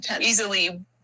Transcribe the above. easily